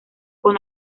con